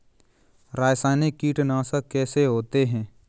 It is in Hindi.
रासायनिक कीटनाशक कैसे होते हैं?